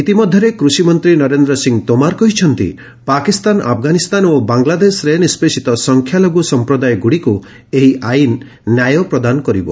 ଇତିମଧ୍ୟରେ କୃଷି ମନ୍ତ୍ରୀ ନରେନ୍ଦ୍ର ସିଂ ତେମାର କହିଛନ୍ତି ପାକିସ୍ତାନ ଆଫଗାନିସ୍ତାନ ଓ ବାଂଲାଦେଶରେ ନିଷ୍ପେଷିତ ସଂଖ୍ୟାଲଘୁ ସମ୍ପ୍ରଦାୟଗୁଡ଼ିକୁ ଏହି ଆଇନ ନ୍ୟାୟ ପ୍ରଦାନ କରିବ